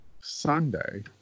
Sunday